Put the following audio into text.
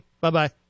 Bye-bye